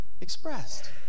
expressed